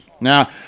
Now